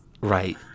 right